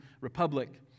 Republic